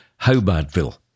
Hobartville